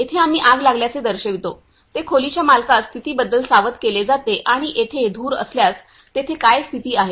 येथे आम्ही आग लागल्याचे दर्शवितो ते खोलीच्या मालकास स्थितीबद्दल सावध केले जाते आणि तेथे धूर असल्यास तेथे काय स्थिती आहे